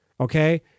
okay